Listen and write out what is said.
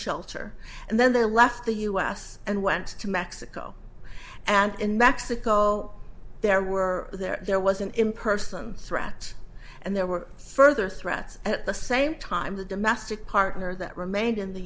shelter and then they left the u s and went to mexico and in mexico there were there was an impersonal threat and there were further threats at the same time the domestic partner that remained in the